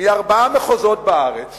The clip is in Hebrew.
מארבעה מחוזות בארץ